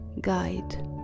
guide